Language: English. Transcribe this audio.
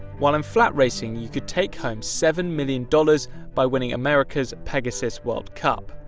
while in flat racing, you could take home seven million dollars by winning america's pegasus world cup.